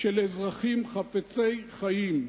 של אזרחים חפצי חיים,